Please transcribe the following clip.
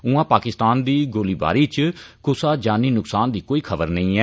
उआं पाकिस्तान दी गोलाबारी च कुसा जानी नुक्सान दी कोई खबर नेई ऐ